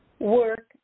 work